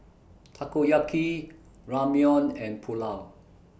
Takoyaki Ramyeon and Pulao